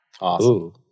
Awesome